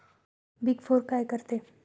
Big four काय करते?